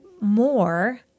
more